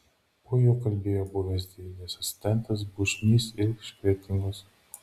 po jo kalbėjo buvęs dėdės asistentas bučnys iš kretingos